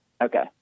Okay